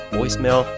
Voicemail